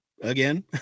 again